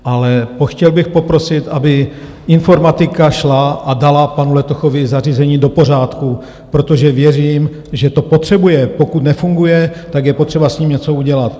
Ale chtěl bych poprosit, aby informatika šla a dala panu Letochovi zařízení do pořádku, protože věřím, že to potřebuje, pokud nefunguje, tak je potřeba s ním něco udělat.